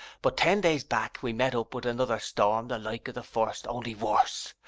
but ten days back we met up with another storm the like of the first, only worse.